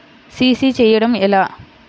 CC చేయడము ఎలా?